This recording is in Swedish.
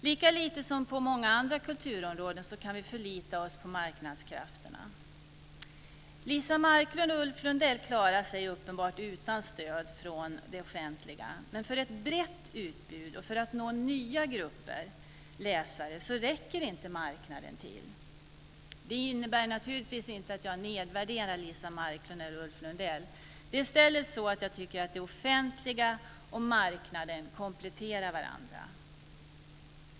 Lika lite som på många andra kulturområden kan vi här förlita oss på marknadskrafterna. Liza Marklund och Ulf Lundell klarar sig uppenbart utan stöd från det offentliga. Men för att få ett brett utbud och för att nå nya grupper läsare räcker marknaden inte till. Det innebär naturligtvis inte att jag nedvärderar Liza Marklund eller Ulf Lundell. Jag tycker i stället att det offentliga och marknaden kompletterar varandra.